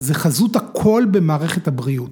זה חזות הכל במערכת הבריאות.